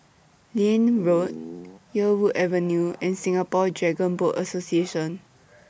Liane Road Yarwood Avenue and Singapore Dragon Boat Association